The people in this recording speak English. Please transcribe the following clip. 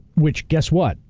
which, guess what,